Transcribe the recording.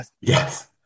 Yes